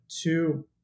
two